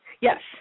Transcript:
Yes